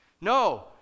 No